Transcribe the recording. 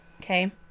Okay